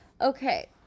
Okay